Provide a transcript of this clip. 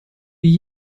wie